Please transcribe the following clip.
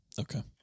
Okay